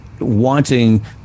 wanting